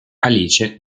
alice